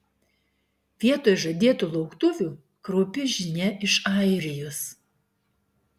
vietoj žadėtų lauktuvių kraupi žinia iš airijos